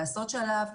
לעשות שלב,